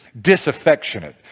disaffectionate